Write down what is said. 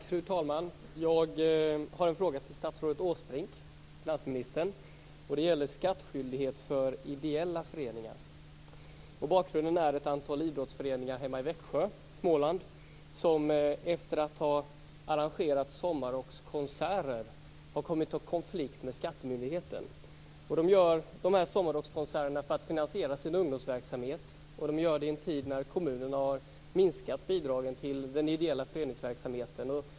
Fru talman! Jag har en fråga till finansminister Åsbrink, och den gäller skattskyldighet för ideella föreningar. Bakgrunden är ett antal idrottsföreningar hemma i Växjö i Småland som efter att ha arrangerat sommarrockskonserter har kommit i konflikt med skattemyndigheten. Föreningarna håller de här sommarrockskonserterna för att finansiera sin ungdomsverksamhet, och de gör det i en tid när kommunerna har minskat bidragen till den ideella föreningsverksamheten.